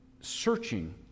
searching